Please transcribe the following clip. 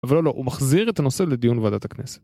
אבל לא, הוא מחזיר את הנושא לדיון בוועדת הכנסת.